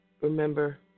remember